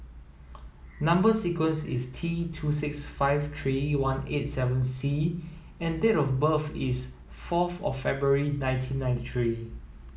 number sequence is T two six five three one eight seven C and date of birth is fourth of February nineteen ninety three